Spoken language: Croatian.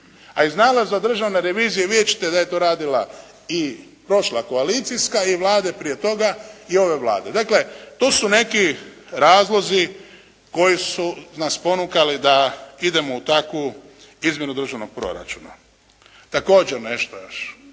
A iz nalaza od Državne revizije vidjeti ćete da je to radila i prošla koalicijska i vlade prije toga i ove Vlade. Dakle, to su neki razlozi koji su nas ponukali da idemo u takvu izmjenu državnog proračuna. Također nešto još.